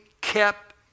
kept